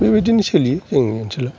बेबादिनो सोलियो जोंनि ओनसोला